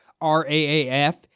RAAF